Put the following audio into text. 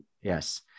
Yes